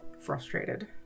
frustrated